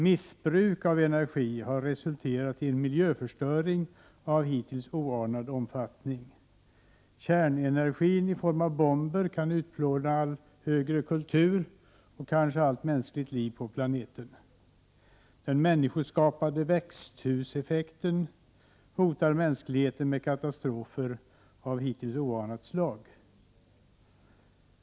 Missbruk av energi har resulterat i en miljöförstöring av hittills oanad omfattning. Kärnenergin i form av bomber kan utplåna all högre kultur och kanske allt mänskligt liv på planeten. Den människoskapade växthuseffekten hotar mänskligheten med katastrofer av hittills oanat slag.